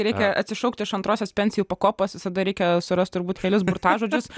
reikia atsišaukti iš antrosios pensijų pakopos visada reikia surast turbūt kelis burtažodžius